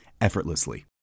effortlessly